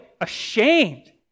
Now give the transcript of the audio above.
ashamed